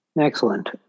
Excellent